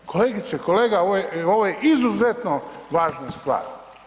Kolegice i kolega ovo je izuzetno važna stvar.